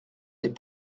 n’est